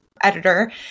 editor